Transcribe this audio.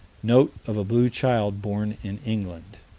note of a blue child born in england.